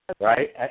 Right